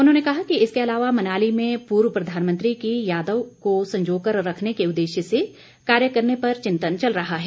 उन्होंने कहा कि इसके अलावा मनाली में पूर्व प्रधानमंत्री की यादों को संजोकर रखने के उद्देश्य से कार्य करने पर चिंतन चल रहा है